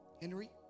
Henry